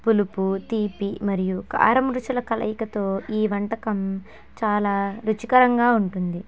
పులుపు తీపి మరియు కారం రుచుల కలయికతో ఈ వంటకం చాలా రుచికరంగా ఉంటుంది